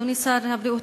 תודה, אדוני שר הבריאות,